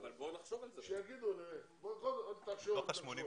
מה זה 1,000